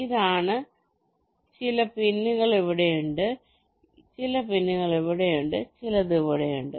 ഇതാണ് ചില പിന്നുകൾ ഇവിടെയുണ്ട് ചില പിന്നുകൾ ഇവിടെയുണ്ട് ചില പിന്നുകൾ ഇവിടെയുണ്ട്